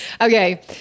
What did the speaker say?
Okay